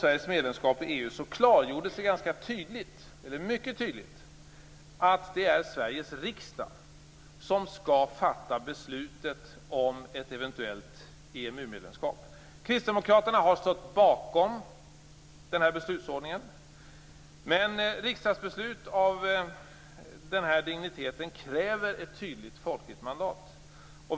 EU klargjordes det mycket tydligt att det är Sveriges riksdag som skall fatta beslutet om ett eventuellt EMU-medlemskap. Kristdemokraterna har stått bakom den här beslutsordningen. Men riksdagsbeslut av den här digniteten kräver ett tydligt folkligt mandat.